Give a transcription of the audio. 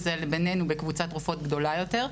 על זה בינינו בקבוצת רופאות גדולה יותר.